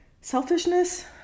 Selfishness